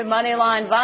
Moneyline